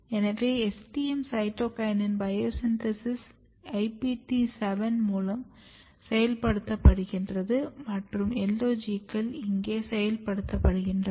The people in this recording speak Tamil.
எனவே STM சைட்டோகினின் பயோசிந்தெசிஸை IPT 7 மூலம் செயல்படுத்துகிறது மற்றும் LOG கள் இங்கே செயல்படுத்தப்படுகின்றன